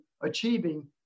achieving